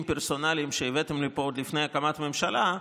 פרסונליים שהבאתם לפה עוד לפני הקמת הממשלה,